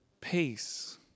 peace